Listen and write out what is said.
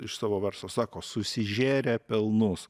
iš savo verslo sako susižėrė pelnus